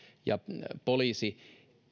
ja poliisi